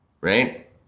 Right